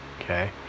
okay